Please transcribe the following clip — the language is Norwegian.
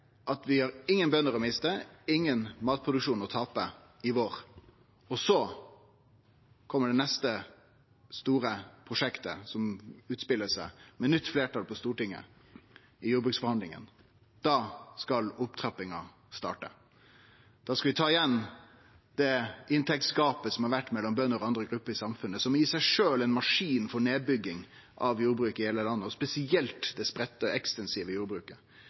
at vi ikkje har nokon bønder å miste, ingen matproduksjon å tape i vår. Så kjem det neste store prosjektet som utspelar seg med nytt fleirtal på Stortinget i jordbruksforhandlingane. Da skal opptrappinga starte. Da skal vi ta igjen det inntektsgapet som har vore mellom bønder og andre grupper i samfunnet, som i seg sjølv er ein maskin for nedbygging av jordbruket i heile landet, og spesielt det spreidde, ekstensive jordbruket.